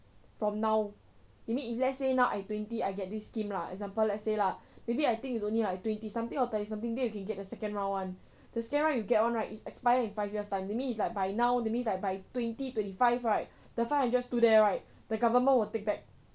from now you mean if let's say now I twenty I get this scheme lah example let's say lah maybe I think you only like twenty something or thirty something then you can get the second round [one] the second round right you get one right is expire in five years' time that means it's like by now that means like by twenty twenty five right the five hundred still there right the government will take back